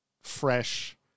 fresh